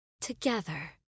together